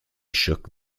shook